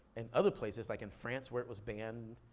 in other places, like in france, where it was banned.